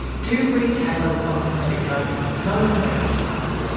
do retailers of synthetic drugs know that they cause harm?